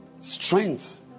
strength